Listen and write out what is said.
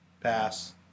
Pass